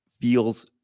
feels